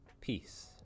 peace